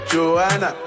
Joanna